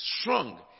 strong